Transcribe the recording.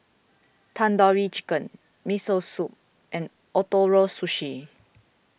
Tandoori Chicken Miso Soup and Ootoro Sushi